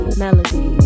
melody